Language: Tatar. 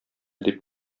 дип